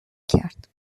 کرد